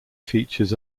features